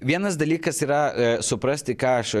vienas dalykas yra suprasti ką aš